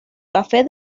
cafe